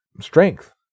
strength